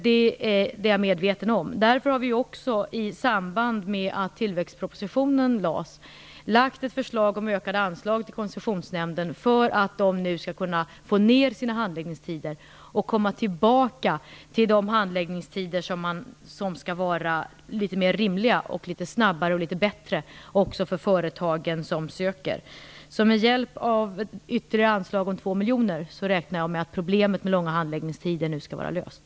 Det är jag medveten om. Därför har vi också, i samband med att tillväxtpropositionen lades, lagt ett förslag om ökade anslag till Koncessionsnämnden för att de skall kunna få ner sina handläggningstider och komma tillbaka till handläggningstider som skall vara rimligare, snabbare och bättre också för företagen. Med hjälp av ett ytterligare anslag på 2 miljoner räknar jag med att problemet med långa handläggningstider nu skall vara löst.